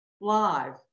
live